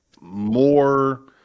more